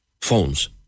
phones